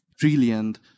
brilliant